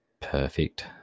perfect